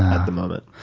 at the moment?